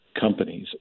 companies